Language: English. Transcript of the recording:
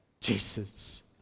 jesus